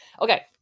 Okay